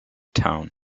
town